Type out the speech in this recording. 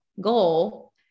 goal